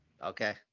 Okay